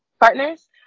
partners